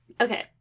Okay